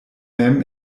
mem